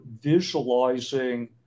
visualizing